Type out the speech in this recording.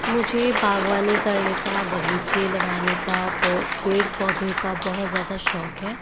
मुझे बागवानी करने का बगीचे लगाने का पो पेड़ पौधों का बहुत ज़्यादा है